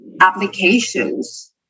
applications